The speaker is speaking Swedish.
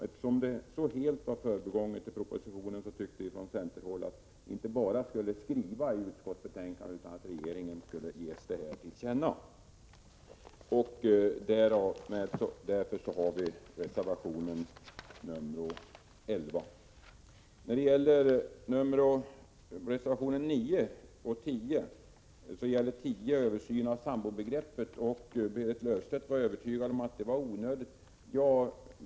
Eftersom detta helt hade förbigåtts i propositionen tyckte vi från centerhåll att vi inte bara skulle skriva om informationsfrågan i utskottsbetänkandet utan att det också skulle ges regeringen till känna. Därför har vi gjort reservationen 11. Reservation 10 avser en översyn av sambobegreppet. Berit Löfstedt var övertygad om att det är onödigt.